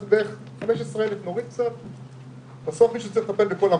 אז בערך 15,000 מקרים לא פליליים.